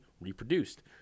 reproduced